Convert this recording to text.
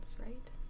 right